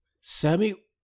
Sammy